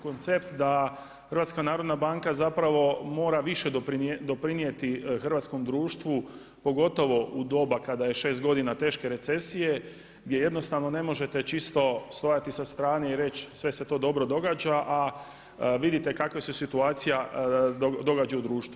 Koncept da HNB zapravo mora više doprinijeti hrvatskom društvu pogotovo u doba kada je šest godina teške recesije gdje jednostavno ne možete čisto stajati sa strane i reći sve se to dobro događa, a vidite kakva se situacija događa u društvu.